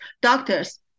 doctors